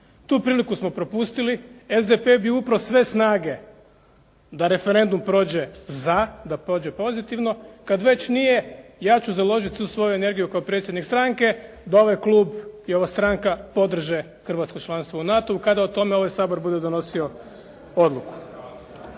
Tu priliku smo propustili. SDP bi upro sve snage da referendum prođe za, da prođe pozitivno. Kad već nije ja ću založiti svu svoju energiju kao predstavnik stranke da ovaj klub i ova stranka podrže hrvatsko članstvo u NATO-u kada o tome ovaj Sabor bude donosio odluku.